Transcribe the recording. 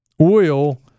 Oil